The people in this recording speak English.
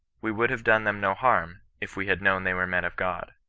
we would have done them no harm, if we had known they were men of god